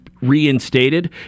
reinstated